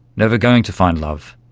never going to find love.